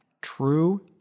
true